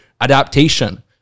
adaptation